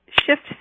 shift